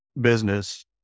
business